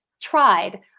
tried